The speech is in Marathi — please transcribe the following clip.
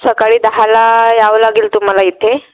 सकाळी दहाला यावं लागेल तुम्हाला इथे